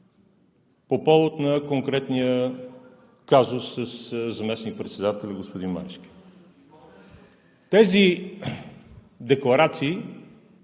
по повод конкретния казус със заместник-председателя господин Марешки. Тези декларации